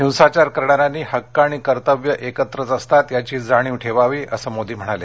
हिंसाचार करणाऱ्यांनी हक्क आणि कर्त्तव्य एकत्रच असतात याची जाणीव ठेवावी असं मोदी म्हणाले